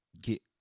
get